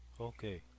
Okay